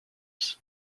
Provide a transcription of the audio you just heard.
shapes